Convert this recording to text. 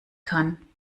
kann